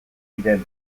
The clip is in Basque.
ziren